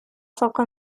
فوق